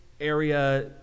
area